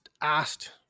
asked